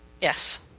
Yes